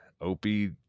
opie